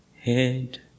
head